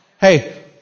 Hey